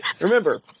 Remember